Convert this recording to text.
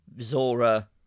Zora